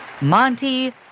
Monty